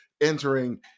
entering